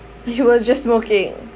he was just smoking